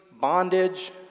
bondage